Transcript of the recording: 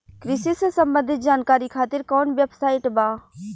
कृषि से संबंधित जानकारी खातिर कवन वेबसाइट बा?